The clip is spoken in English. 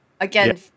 again